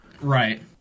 Right